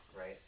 Right